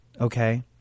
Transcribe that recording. Okay